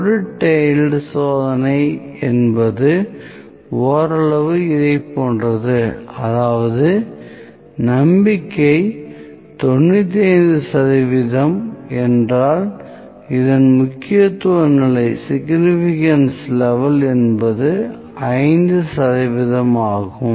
ஒரு டெய்ல்டு சோதனை என்பது ஓரளவு இதை போன்றது அதாவது நம்பிக்கை 95 சதவிகிதம் என்றால் இந்த முக்கியத்துவ நிலை என்பது 5 சதவிகிதம் ஆகும்